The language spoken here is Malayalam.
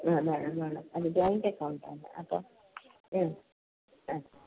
ആ വേണം വേണം അല്ലെങ്കിൽ അതിൻ്റെ അക്കൗണ്ട് വേണം അപ്പോൾ ആ